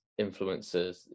influencers